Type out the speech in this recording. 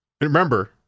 remember